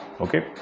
okay